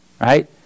right